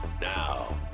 Now